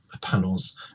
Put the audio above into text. panels